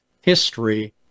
history